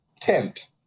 tent